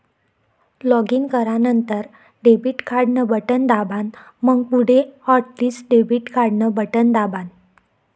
login करानंतर debit card न button दाबान, मंग पुढे हॉटलिस्ट डेबिट कार्डन बटन दाबान